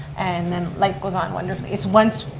and then life goes on wonderfully. it's once,